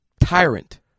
tyrant